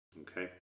Okay